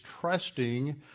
trusting